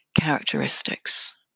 characteristics